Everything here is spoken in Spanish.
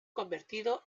convertido